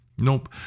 Nope